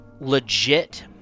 legit